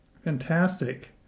Fantastic